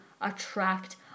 attract